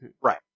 Right